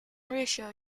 reassure